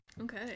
Okay